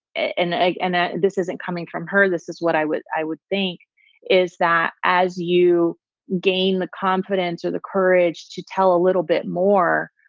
and again, ah this isn't coming from her. this is what i was i would think is that as you gain the confidence or the courage to tell a little bit more.